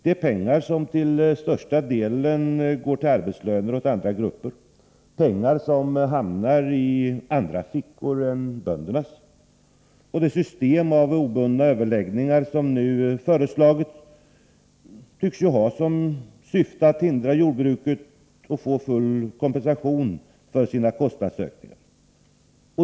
Det är pengar som till största delen går till arbetslöner åt andra grupper — pengar som hamnar i andra fickor än böndernas. Det system av obundna överläggningar som nu föreslagits tycks ha som enda syfte att hindra jordbruket att få full kompensation för sina kostnadsökningar.